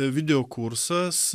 video kursas